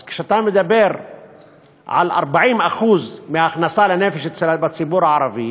אז כשאתה מדבר על 40% מההכנסה לנפש בציבור הערבי,